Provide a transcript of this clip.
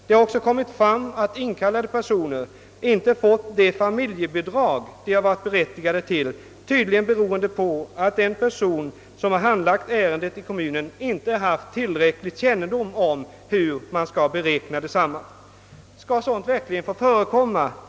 Det har också framkommit att inkallade personer inte fått de familjebidrag de varit berättigade till, tydligen beroende på att de personer som handlagt dessa ärenden inom kommunerna inte haft tillräcklig kännedom om beräkningen av dylika bidrag. Skall sådant verkligen få förekomma?